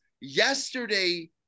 yesterday